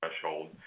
threshold